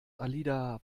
alida